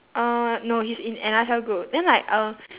uh no he's in another cell group then like uh